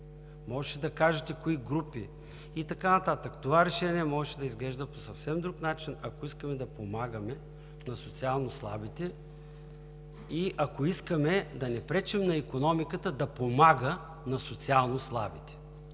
Можеше да кажете кои групи и така нататък. Това решение можеше да изглежда по съвсем друг начин, ако искаме да помагаме на социално слабите и ако искаме да не пречим на икономиката да помага на социално слабите,